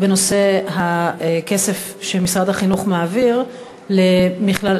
בנושא הכסף שמשרד החינוך מעביר למכינה